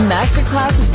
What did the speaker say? Masterclass